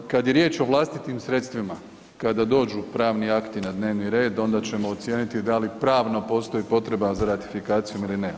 Kada je riječ o vlastitim sredstvima kada dođu pravni akti na dnevni red onda ćemo ocijeniti da li pravno postoji potreba za ratifikacijom ili ne.